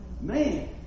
man